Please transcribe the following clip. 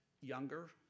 younger